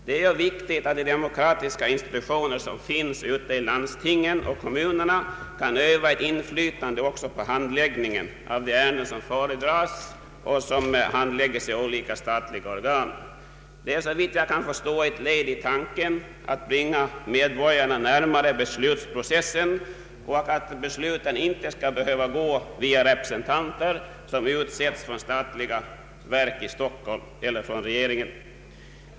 Det är ju viktigt att de demokratiska institutioner som finns ute i landstingen och kommunerna kan öva inflytande också på handläggningen av ärenden som föredras och som handläggs i olika statliga organ. Det är såvitt jag kan förstå ett led i tanken att bringa medborgarna närmare beslutsprocessen, att besluten inte skall behöva gå via representanter som utsetts från statliga verk i Stockholm eller från regeringen.